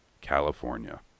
California